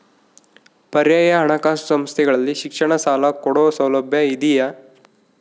ಪರ್ಯಾಯ ಹಣಕಾಸು ಸಂಸ್ಥೆಗಳಲ್ಲಿ ಶಿಕ್ಷಣ ಸಾಲ ಕೊಡೋ ಸೌಲಭ್ಯ ಇದಿಯಾ?